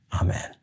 Amen